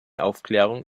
aufklärung